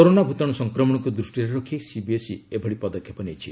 corona ଭୂତାଣୁ ସଂକ୍ରମଣକୁ ଦୃଷ୍ଟିରେ ରଖି ସିବିଏସ୍ଇ ଏଭଳି ପଦକ୍ଷେପ ନେଇଛି